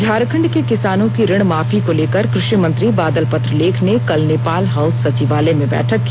झारखंड के किसानों की ऋण माफी को लेकर कृषि मंत्री बादल पत्रलेख ने कल नेपाल हाऊस सचिवालय में बैठक की